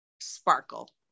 sparkle